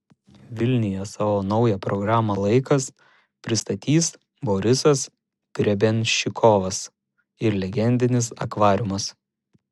vilniuje savo naują programą laikas pristatys borisas grebenščikovas ir legendinis akvariumas